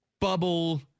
bubble